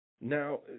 Now